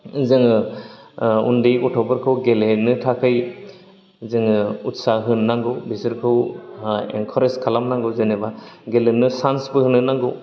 जोङो उन्दै गथ'फोरखौ गेलेनो थाखै जोङो उत्साह होनो नांगौ बिसोरखौ ओ एनकारेज खालामनांगौ जेनेबा गेलेनो सानसबो होनो नांगौ